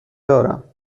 دارم